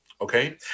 okay